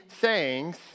sayings